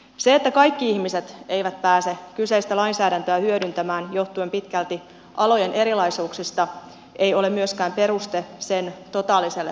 se että kaikki ihmiset eivät pääse kyseistä lainsäädäntöä hyödyntämään johtuen pitkälti alojen erilaisuuksista ei ole myöskään peruste sen totaaliselle purkamiselle